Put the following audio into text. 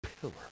pillar